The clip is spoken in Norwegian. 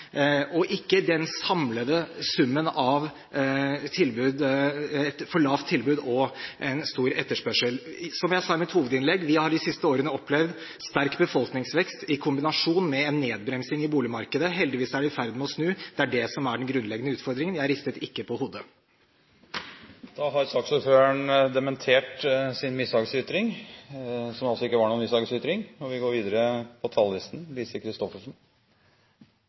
og ikke den samlede summen av et for lavt tilbud og en stor etterspørsel. Som jeg sa i mitt hovedinnlegg: Vi har i de siste årene opplevd sterk befolkningsvekst i kombinasjon med en nedbremsing i boligmarkedet. Heldigvis er det i ferd med å snu. Det er det som er den grunnleggende utfordringen. Jeg ristet ikke på hodet. Da har saksordføreren dementert sin mishagsytring, som altså ikke var noen mishagsytring. Vi går videre på talerlisten – representanten Lise Christoffersen.